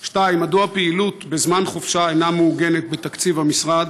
2. מדוע פעילות בזמן חופשה אינה מעוגנת בתקציב המשרד?